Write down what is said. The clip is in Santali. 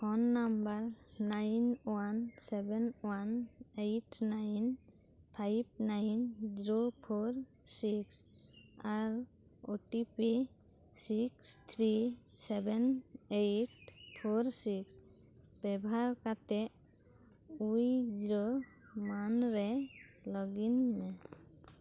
phone number nine one seven one eight nine five nine zero four six ᱟᱨ OTP six three seven eight four six ᱵᱮᱵᱚᱦᱟᱨ ᱠᱟᱛᱮᱫ ᱩᱭᱡᱤᱨᱳ ᱢᱟᱱ ᱨᱮ ᱞᱚᱜᱤᱱ ᱢᱮ